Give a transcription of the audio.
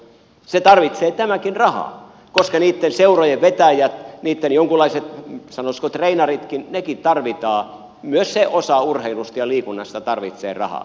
tämäkin tarvitsee rahaa koska niitten seurojen vetäjiä niitten jonkunlaisia sanoisiko trainereitakin tarvitaan myös se osa urheilusta ja liikunnasta tarvitsee rahaa